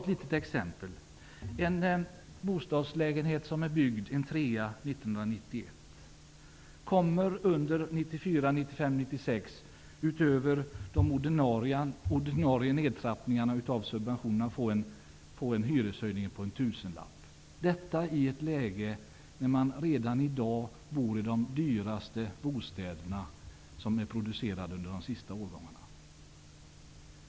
Låt mig ta ett exempel: En bostadslägenhet, en 3:a, som är byggd 1991 kommer under 1994, 1995 och 1996 utöver de ordinarie nedsättningarna av subventioner att få en hyreshöjning på en tusenlapp. Detta sker i ett läge där man redan i dag bor i de dyraste bostäderna som är producerade under de sista åren.